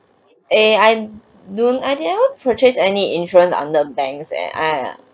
eh I noon I didn't purchase any insurance under banks eh !aiya!